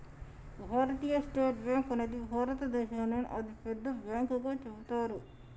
భారతీయ state bank అనేది భారతదేశంలోనే అతిపెద్ద బ్యాంకుగా చెబుతారు